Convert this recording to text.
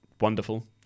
wonderful